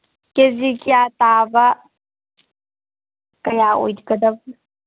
ꯀꯦ G ꯀꯌꯥ ꯇꯥꯕ ꯀꯌꯥ ꯑꯣꯏꯒꯗꯕ